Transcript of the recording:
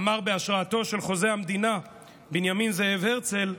אמר בהשראתו של חוזה המדינה בנימין זאב הרצל,